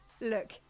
Look